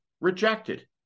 rejected